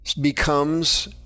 becomes